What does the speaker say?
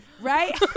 right